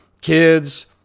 kids